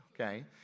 okay